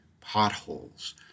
potholes